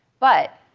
but